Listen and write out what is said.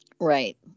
Right